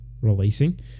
releasing